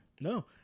No